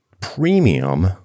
premium